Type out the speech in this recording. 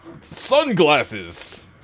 Sunglasses